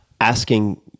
asking